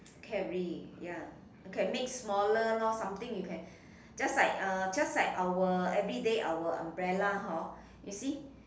carry ya you can make smaller lor something you can just like uh just like our everyday our umbrella hor you see